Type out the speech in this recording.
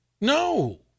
No